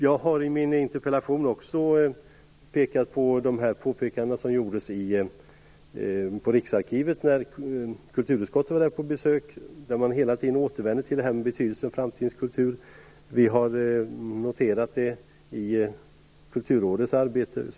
Jag har i min interpellation också tagit upp de påpekanden som gjordes på Riksarkivet när kulturutskottet var där på besök. Där återvände man hela tiden till den betydelse som Framtidens kultur har. Vi har noterat det i Kulturrådets arbete.